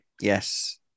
Yes